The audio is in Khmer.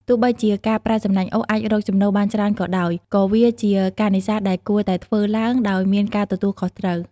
ទោះបីជាការប្រើសំណាញ់អូសអាចរកចំណូលបានច្រើនក៏ដោយ ក៏វាជាការនេសាទដែលគួរតែធ្វើឡើងដោយមានការទទួលខុសត្រូវ។